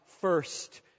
first